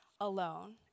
alone